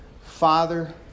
Father